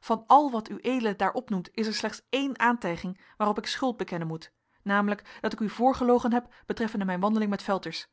van al wat ued daar opnoemt is er slechts ééne aantijging waarop ik schuld bekennen moet namelijk dat ik u voorgelogen heb betreffende mijn wandeling met velters